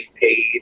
paid